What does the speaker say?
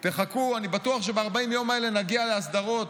תחכו, אני בטוח שב-40 יום האלה נגיע להסדרות,